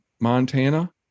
Montana